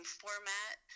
format